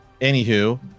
Anywho